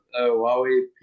Huawei